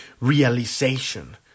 realization